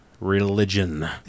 religion